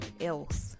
else